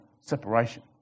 separation